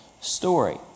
story